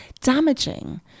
damaging